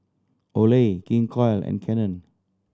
Olay King Koil and Canon